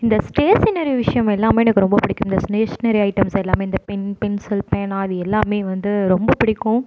இந்த ஸ்டேஷனரி விஷயம் எல்லாமே எனக்கு ரொம்ப பிடிக்கும் இந்த ஸ்னேஷ்னரி ஐட்டம்ஸ் எல்லாமே இந்த பென் பென்சில் பேனா அது எல்லாம் வந்து ரொம்ப பிடிக்கும்